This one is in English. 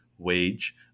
wage